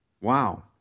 Wow